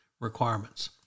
requirements